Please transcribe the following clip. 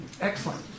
excellent